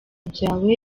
byawe